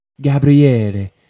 Gabriele